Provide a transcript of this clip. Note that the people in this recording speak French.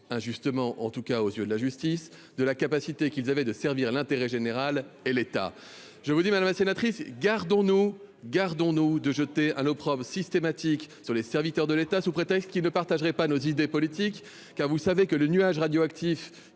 injustement en tout cas aux yeux de la justice, de la capacité qu'ils avaient de servir l'intérêt général et l'État, je vous dis madame la sénatrice gardons nous gardons-nous de jeter un opprobre systématiques sur les serviteurs de l'État sous prétexte qu'il ne partagerait pas nos idées politiques car vous savez que le nuage radioactif